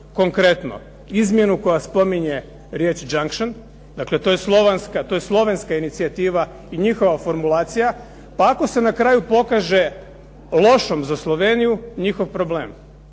Konkretno, izmjenu koja spominje riječ junction, dakle to je slovenska inicijativa i njihova formulacija, pa ako se na kraju pokaže lošom za Sloveniju njihov problem.